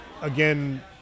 again